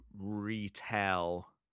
retell